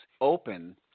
open